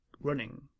running